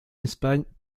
espagne